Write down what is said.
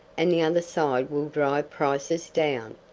and the other side will drive prices down.